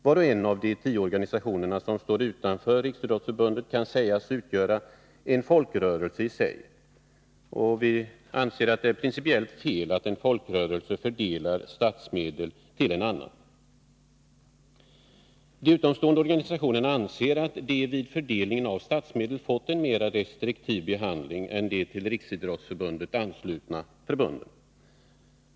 Var och en av de tio organisationer som står utanför Riksidrottsförbundet kan sägas utgöra en folkrörelse i sig. Vi anser att det är principellt fel att en folkrörelse fördelar statsmedel till en annan. De utomstående organisationerna anser att de vid fördelningen av statsmedel har behandlats mer restriktivt än de till Riksidrottsförbundet anslutna förbunden.